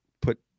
put